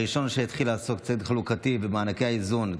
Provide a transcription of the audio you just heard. הראשון שהתחיל לעשות צדק חלוקתי במענקי האיזון,